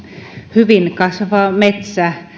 hyvin kasvava metsä